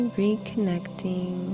reconnecting